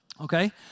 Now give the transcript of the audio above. Okay